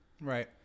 right